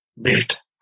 Lift